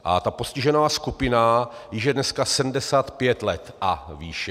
A ta postižená skupina již je dneska 75 let a výše.